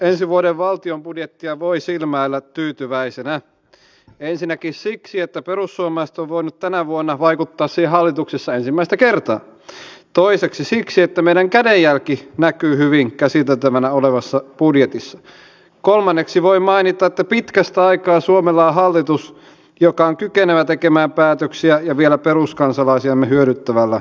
ensi vuoden valtion budjettia voi silmäillä tyytyväisenä ensinnäkin siksi että perussuomalaiset ovat voineet tänä vuonna vaikuttaa siihen hallituksessa ensimmäistä kertaa toiseksi siksi että meidän kädenjälkemme näkyy hyvin käsiteltävänä olevassa budjetissa ja kolmanneksi voi mainita että pitkästä aikaa suomella on hallitus joka on kykenevä tekemään päätöksiä ja vielä peruskansalaisiamme hyödyttävällä tavalla